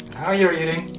ah you're eating!